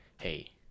Hey